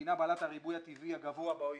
המדינה בעלת הריבוי הטבעי הגבוה ב-OECD,